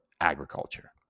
agriculture